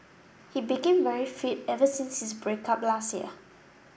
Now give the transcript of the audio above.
he became very fit ever since his break up last year